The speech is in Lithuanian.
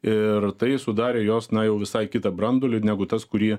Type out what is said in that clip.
ir tai sudarė jos na jau visai kitą branduolį negu tas kurį